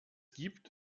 gibt